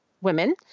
women